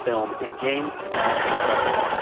film, and games sound incredible.